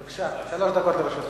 בבקשה, שלוש דקות לרשותך.